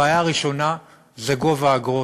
הבעיה הראשונה זה גובה האגרות.